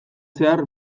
zehar